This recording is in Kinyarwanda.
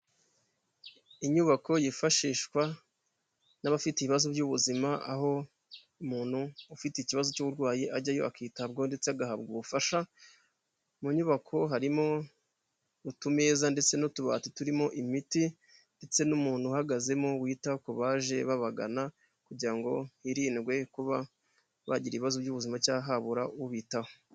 Inyubako yifashishwa n'abafite ibibazo by'ubuzima, aho umuntu ufite ikibazo cy'uburwayi ajyayo, akitabwaho ndetse agahabwa ubufasha. Mu nyubako harimo utumeza, ndetse n'utubati turimo imiti, ndetse n'umuntu uhagazemo wita ku baje babagana, kugira ngo hirindwe kuba bagira ibibazo by'ubuzima cyaba cyatewe no kubura ubitaho.